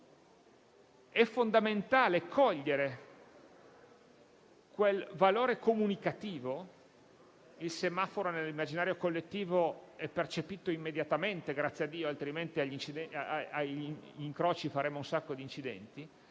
è fondamentale cogliere quel valore comunicativo - il semaforo, nell'immaginario collettivo, è percepito immediatamente, grazie a Dio, altrimenti agli incroci faremmo un sacco di incidenti